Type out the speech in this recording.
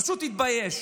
פשוט תתבייש.